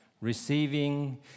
Receiving